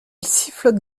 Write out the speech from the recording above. sifflote